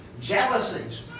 jealousies